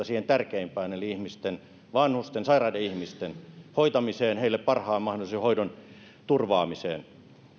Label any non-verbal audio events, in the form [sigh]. [unintelligible] siihen tärkeimpään eli ihmisten vanhusten sairaiden ihmisten hoitamiseen heille parhaan mahdollisen hoidon turvaamiseen